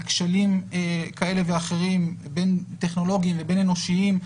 לכשלים כאלה ואחרים בין אם טכנולוגיים ובין אם אנושיים,